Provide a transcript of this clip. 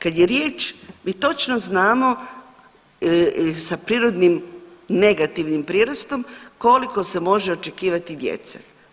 Kad je riječ, mi točno znamo sa prirodnim negativnim prirastom koliko se može očekivati djece.